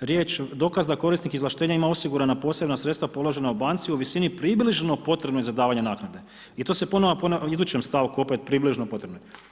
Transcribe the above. riječ dokaz da korisnik izvlaštenja ima osigurana posebna sredstva položena u banci u visini približno potrebnoj za davanje naknade, i to se ponovno ponavlja u idućem stavku, opet približno potrebnoj.